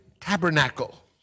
tabernacle